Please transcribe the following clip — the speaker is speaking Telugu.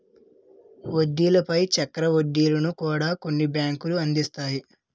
వడ్డీల పై చక్ర వడ్డీలను కూడా కొన్ని బ్యాంకులు అందిస్తాయి